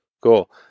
Cool